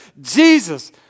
Jesus